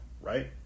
right